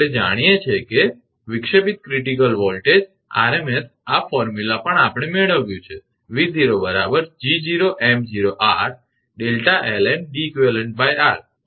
આપણે જાણીએ છીએ કે વિક્ષેપિત ક્રિટિકલ વોલ્ટેજ આરએમએસ આ સૂત્ર પણ આપણે મેળવ્યું છે 𝑉0 𝐺0𝑚0𝑟𝛿ln𝐷𝑒𝑞𝑟